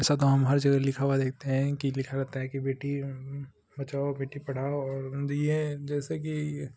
ऐसा तो हम हर जगह लिखा हुआ देखते हैं कि लिखा रहता है कि बेटी बचाओ बेटी पढ़ाओ और दिए जैसे कि